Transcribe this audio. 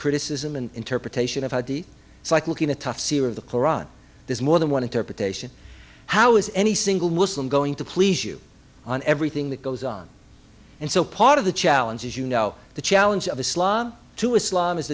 criticism and interpretation of id it's like looking at tufts of the koran there's more than one interpretation how is any single muslim going to please you on everything that goes on and so part of the challenge as you know the challenge of islam to islam is